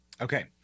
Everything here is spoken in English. Okay